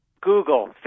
Google